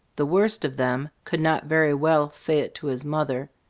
the worst of them could not very well say it to his mother.